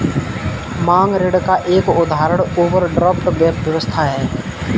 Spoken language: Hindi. मांग ऋण का एक उदाहरण ओवरड्राफ्ट व्यवस्था है